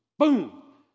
boom